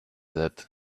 that